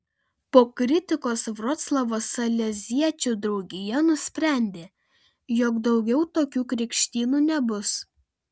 po kritikos vroclavo saleziečių draugija nusprendė jog daugiau tokių krikštynų nebus